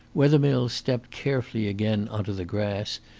wethermill stepped carefully again on to the grass,